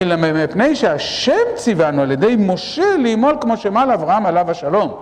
מפני שהשם ציווה לנו על ידי משה לימול כמו שמל אברהם עליו השלום